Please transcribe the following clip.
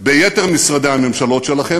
ביתר משרדי הממשלות שלכם,